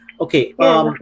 Okay